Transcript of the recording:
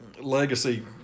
legacy